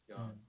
mm